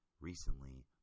recently